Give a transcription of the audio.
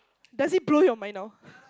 does it blow your mind now